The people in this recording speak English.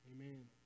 Amen